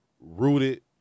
rooted